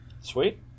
sweet